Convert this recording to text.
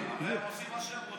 הם עושים מה שהם רוצים.